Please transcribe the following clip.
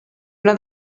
una